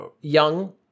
young